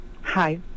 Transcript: Hi